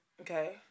Okay